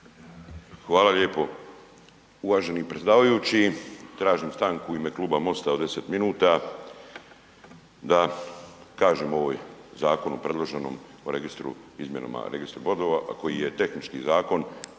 Hvala lijepo uvaženi predsjedavajući. Tražim stanku u ime Kluba MOST-a od 10 minuta da kažem ovoj zakonu predloženom o registru izmjenama registru brodova koji je tehnički zakon.